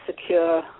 secure